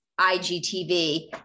IGTV